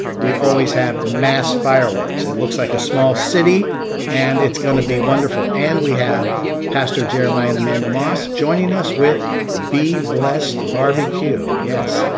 we always have mass fireworks. it looks like a small city and it's going to be wonderful. and we have pastor jeremiah and amanda moss joining us with be blessed barbecue. yes.